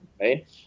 right